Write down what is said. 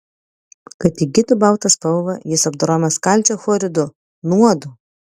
kad įgytų baltą spalvą jis apdorojamas kalcio chloridu nuodu